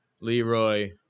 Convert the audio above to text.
Leroy